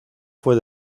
fue